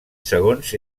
segons